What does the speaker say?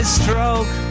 stroke